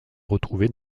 retrouvé